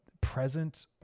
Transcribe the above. present